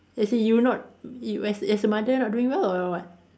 as in you not as as a mother not doing well or what